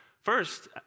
First